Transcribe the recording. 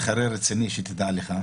הוא מתחרה רציני, שתדע לך.